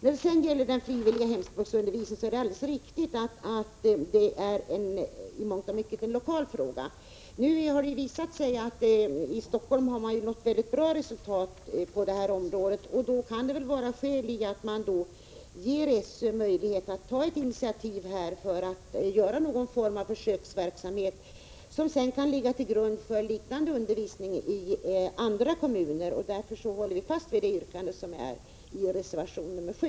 När det gäller den frivilliga hemspråksundervisningen är det alldeles riktigt att det är en i mångt och mycket lokal fråga. Det har nu visat sig att man i Stockholm har nått mycket bra resultat på detta område, och därför kan det vara skäl att ge SÖ möjlighet att ta ett initiativ för att införa någon form av försöksverksamhet som sedan kan ligga till grund för liknande undervisning i andra kommuner. Därför håller vi i centerpartiet fast vid yrkandet i reservation nr 7.